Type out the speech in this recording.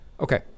Okay